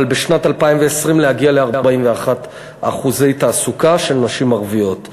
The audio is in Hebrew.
בשנת 2020 להגיע ל-41% תעסוקה של נשים ערביות.